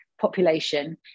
population